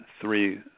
three